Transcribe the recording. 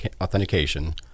authentication